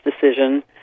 decision